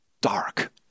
dark